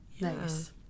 Nice